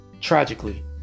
tragically